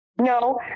No